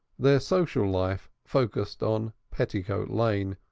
their social life focussed on petticoat lane,